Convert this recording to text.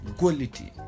quality